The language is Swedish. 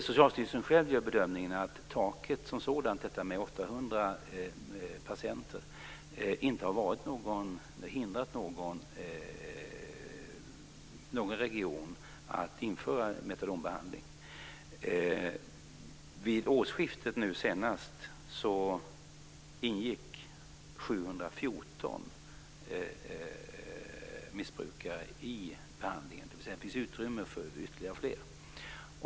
Socialstyrelsen själv gör bedömningen att taket som sådant, dvs. 800 patienter, inte har hindrat någon region att införa metadonbehandling. Vid det senaste årsskiftet ingick 714 missbrukare i behandlingen. Det finns alltså utrymme för ännu fler.